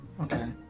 okay